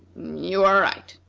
you are right,